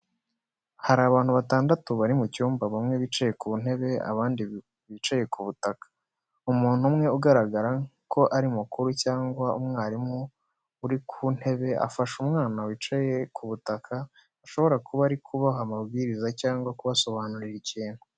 Hari abantu batandatu bari mu cyumba bamwe bicaye ku ntebe abandi bicaye ku butaka. Umuntu umwe ugaragara ko ari mukuru cyangwa umwarimu uri ku ntebe afashe umwana wicaye ku butaka ashobora kuba ari kubaha amabwiriza cyangwa kubasobanurira ikintu.